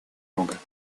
рога